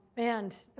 and